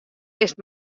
bist